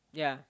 yeah